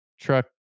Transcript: truck